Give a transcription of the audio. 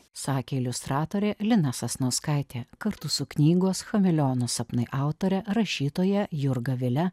sakė iliustratorė lina sasnauskaitė kartu su knygos chameleono sapnai autore rašytoja jurga vile